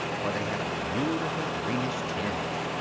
for they had a beautiful greenish tinge.